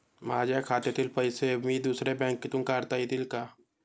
माझ्या खात्यातील पैसे मी दुसऱ्या बँकेतून काढता येतील का?